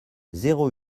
zéro